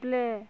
play